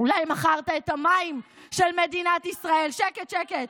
אולי מכרת את המים של מדינת ישראל, שקט, שקט.